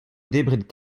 debret